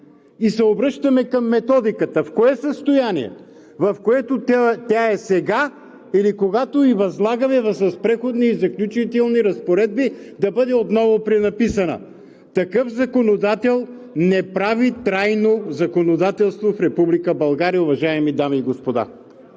и се обръщаме към Методиката. В кое състояние – в което тя е сега, или когато ѝ възлагаме с Преходни и заключителни разпоредби да бъде отново пренаписана? Такъв законодател не прави трайно законодателство в Република България, уважаеми дами и господа!